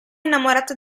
innamorata